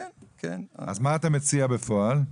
אז מה אתה מציע בפועל?